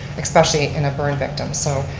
especially in a burn victim. so